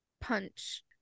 punch